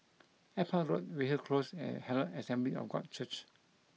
Airport Road Weyhill Close and Herald Assembly of God Church